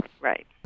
Right